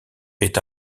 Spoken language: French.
est